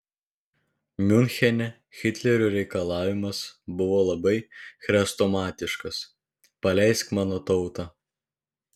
miunchene hitlerio reikalavimas buvo labai chrestomatiškas paleisk mano tautą